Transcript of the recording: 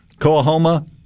Coahoma